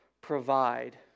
provide